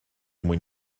mwyn